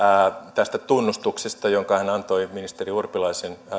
tästä tunnustuksesta jonka hän antoi ministeri urpilaisen